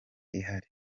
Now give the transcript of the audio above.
ihari